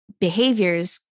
behaviors